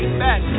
back